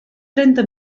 trenta